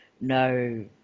no